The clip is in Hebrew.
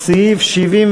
סעיף 70